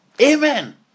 Amen